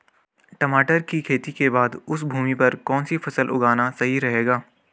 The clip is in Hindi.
टमाटर की खेती के बाद उस भूमि पर कौन सी फसल उगाना सही रहेगा?